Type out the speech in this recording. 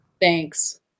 thanks